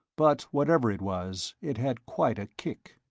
but whatever it was, it had quite a kick.